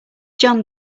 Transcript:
jon